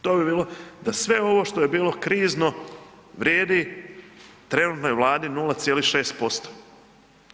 To ti bilo da sve ovo što je bilo krizno vrijedi, trenutno je Vladi 0,6%